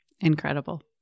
Incredible